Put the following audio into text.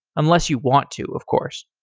unless you want to, of course.